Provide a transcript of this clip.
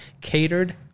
catered